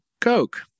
coke